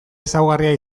ezaugarria